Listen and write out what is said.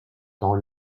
temps